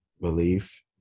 belief